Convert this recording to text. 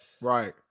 right